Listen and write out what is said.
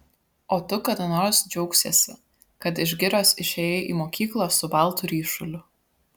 o tu kada nors džiaugsiesi kad iš girios išėjai į mokyklą su baltu ryšuliu